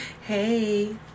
Hey